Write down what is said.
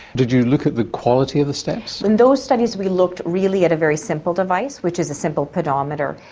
did you look at the quality of the steps? in those studies we looked really at a very simple device, which is a simple pedometer.